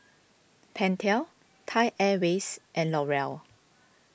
Pentel Thai Airways and L'Oreal